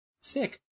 Sick